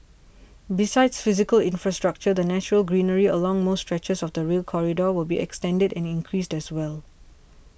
besides physical infrastructure the natural greenery along most stretches of the Rail Corridor will be extended and increased as well